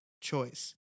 Choice